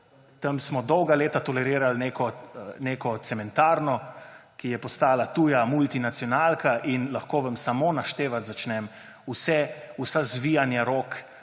tam smo dolga leta tolerirali neko cementarno, ki je postala tuja multinacionalka, in lahko vam samo začnem naštevati vsa zvijanja rok